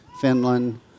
Finland